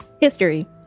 History